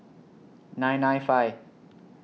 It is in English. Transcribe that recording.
nine nine five